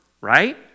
right